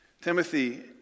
Timothy